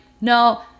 no